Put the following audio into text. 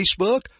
Facebook